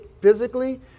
physically